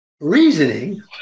reasoning